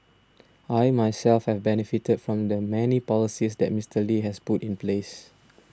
I myself have benefited from the many policies that Mister Lee has put in place